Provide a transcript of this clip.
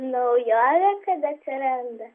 naujovė kad atsiranda